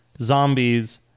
Zombies